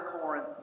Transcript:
Corinth